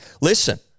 Listen